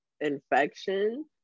infection